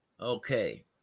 Okay